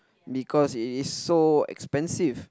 because it is so expensive